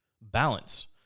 balance